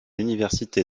université